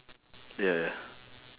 ya ya